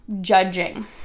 judging